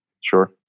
Sure